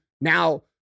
now